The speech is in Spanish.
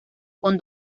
con